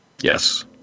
Yes